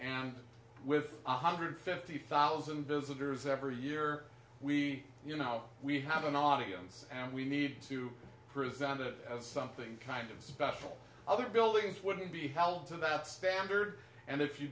and with one hundred fifty thousand visitors every year we you know we have an audience and we need to present it as something kind of special other buildings wouldn't be held to that standard and if you